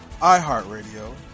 iHeartRadio